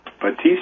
Batista